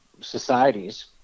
societies